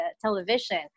television